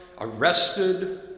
arrested